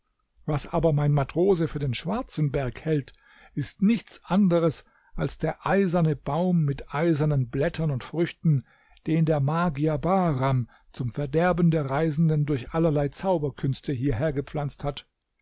was aber mein matrose für den schwarzen berg hält ist nichts anderes als der eiserne baum mit eisernen blättern und früchten den der magier bahram zum verderben der reisenden durch allerlei zauberkünste hierher gepflanzt hat